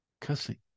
Cussing